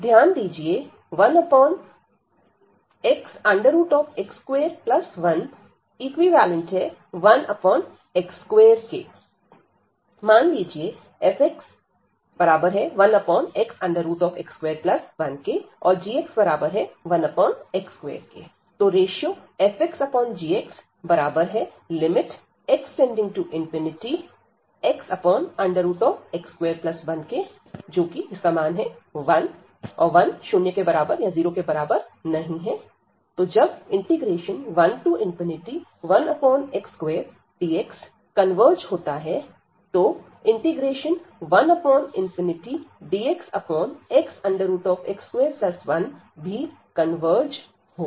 ध्यान दीजिए 1xx21〜1x2 मान लीजिए fx1xx21 और gx1x2 fxgxx→∞xx21 1≠0 जब 11x2dx कन्वर्ज होता है ⟹ 1dxxx21भी कन्वर्ज होगा